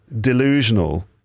delusional